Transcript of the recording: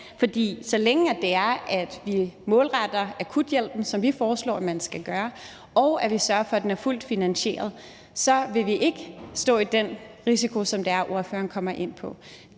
For så længe vi målretter akuthjælpen, som vi foreslår man skal gøre, og vi sørger for, at den er fuldt finansieret, vil vi ikke stå med den risiko, som det er, ordføreren kommer ind på.